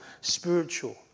spiritual